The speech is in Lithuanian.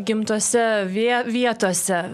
gimtose vie vietose